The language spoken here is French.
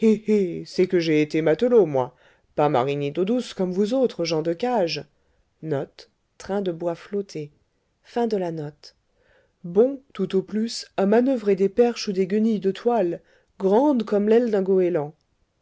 c'est que j'ai été matelot moi pas marinier d'eau douce comme vous autres gens de cages bons tout au plus à manoeuvrer des perches ou des guenilles de toiles grandes comme l'aile d'un goëland